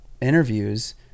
interviews